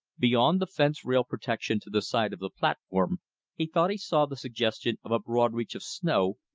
beyond the fence-rail protection to the side of the platform he thought he saw the suggestion of a broad reach of snow,